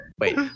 Wait